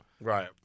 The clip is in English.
Right